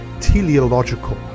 teleological